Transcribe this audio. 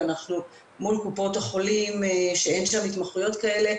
ואנחנו מול קופות החולים שאין שם התמחויות כאלה,